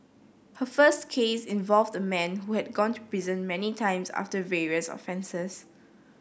her first case involved the man who had gone to prison many times after various offences